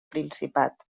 principat